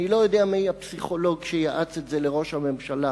אני לא יודע מי הפסיכולוג שייעץ את זה לראש הממשלה,